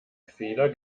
feder